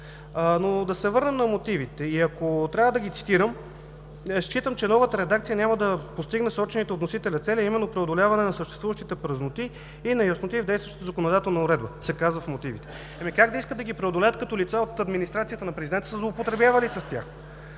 Но да се върнем на мотивите. Ако трябва да ги цитирам, смятам, че новата редакция няма да постигне сочените от вносителя цели, а именно: „преодоляване на съществуващите празноти и неясноти в действащата законодателна уредба“. Как да искат да ги преодолеят, като лица от администрацията на президента са злоупотребявали с тях?